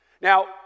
Now